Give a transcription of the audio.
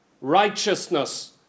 righteousness